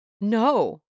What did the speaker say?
No